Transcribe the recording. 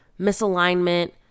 misalignment